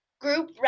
group